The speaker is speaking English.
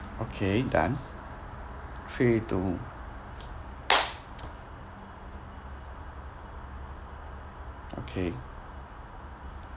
okay done three two okay